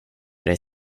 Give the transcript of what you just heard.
dig